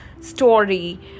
story